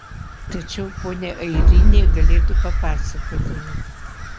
tačiau ponia airinė galėtų papasakoti